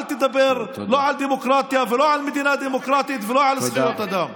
אל תדבר לא על דמוקרטיה ולא על מדינה דמוקרטית ולא על זכויות אדם.